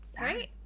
Right